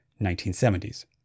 1970s